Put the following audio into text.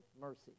Mercy